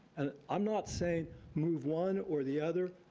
and i'm not saying move one or the other,